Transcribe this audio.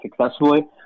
successfully